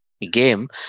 game